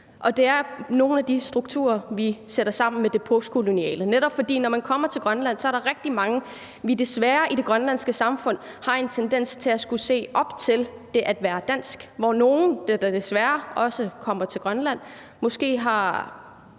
og det er nogle af de strukturer, vi sætter sammen med det postkoloniale. Når man kommer til Grønland, er der rigtig mange i det grønlandske samfund, der desværre har en tendens til at skulle se op til det at være dansk, og nogle, der kommer til Grønland, har